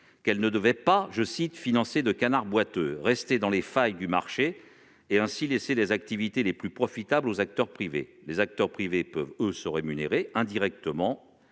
qu'elle ne devait pas financer de « canards boiteux » ni rester dans les failles du marché pour laisser les activités les plus profitables aux acteurs privés. Ces derniers peuvent se rémunérer indirectement